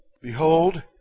Behold